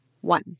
one